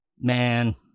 man